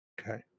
Okay